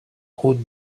route